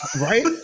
Right